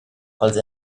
quels